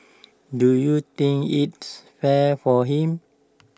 do you think its fair for him